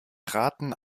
raten